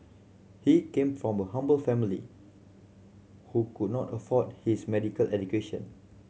he came from a humble family who could not afford his medical education